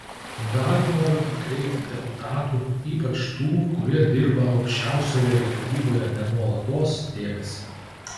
dar noriu atkreipti deputatų ypač tų kurie dirba aukščiausiojoje taryboje ne nuolatos dėmesį